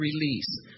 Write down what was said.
release